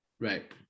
right